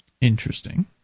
Interesting